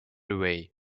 away